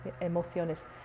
emociones